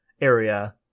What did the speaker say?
area